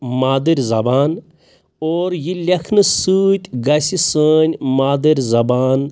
مادٕرۍ زَبان اور یہِ لیٚکھنہٕ سۭتۍ گژھہِ سٲنۍ مادٕرۍ زَبان